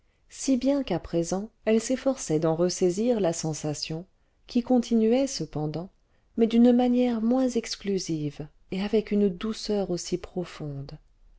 si bien qu'à présent elle s'efforçait d'en ressaisir la sensation qui continuait cependant mais d'une manière moins exclusive et avec une douceur aussi profonde